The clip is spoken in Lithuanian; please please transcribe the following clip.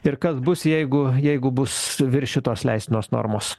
ir kas bus jeigu jeigu bus viršytos leistinos normos